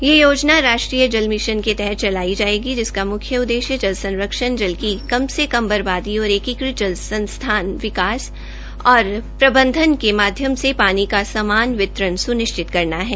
यह योजना राष्ट्रीय जल मिशन के तहत चलाई जायेगी जिसका म्ख्य उद्देश्य जल संरक्षण की कम से कम बर्बादी और एकीकृत जल संसाधन विकास और प्रबंधन के माध्यम से पानी का सामान वितरण सुनिश्चित करना है